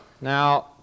Now